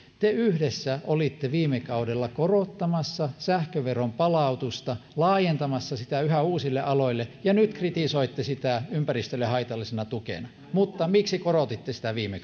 te yhdessä olitte viime kaudella korottamassa sähköveron palautusta laajentamassa sitä yhä uusille aloille ja nyt kritisoitte sitä ympäristölle haitallisena tukena mutta miksi korotitte sitä viime